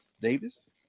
Davis